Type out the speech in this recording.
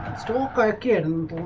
starter kit,